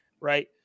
right